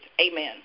Amen